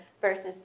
versus